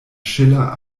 schiller